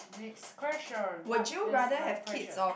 next question what is my question